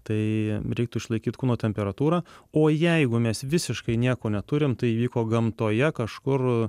tai reiktų išlaikyt kūno temperatūrą o jeigu mes visiškai nieko neturim tai įvyko gamtoje kažkur